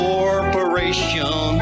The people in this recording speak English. Corporation